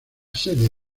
sede